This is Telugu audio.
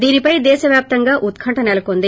దీనిపై దేశవ్యాప్తంగా ఉత్కంఠ సెలకొంది